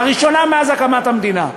לראשונה מאז הקמת המדינה.